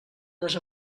les